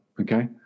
okay